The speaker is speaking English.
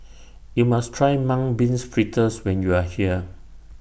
YOU must Try Mung Beans Fritters when YOU Are here